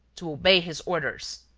to obey his orders.